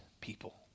people